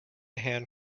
hand